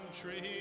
country